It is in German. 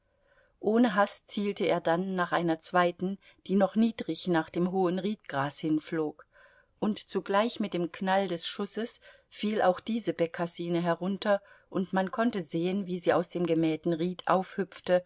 ohne hast zielte er dann nach einer zweiten die noch niedrig nach dem hohen riedgras hin flog und zugleich mit dem knall des schusses fiel auch diese bekassine herunter und man konnte sehen wie sie aus dem gemähten ried aufhüpfte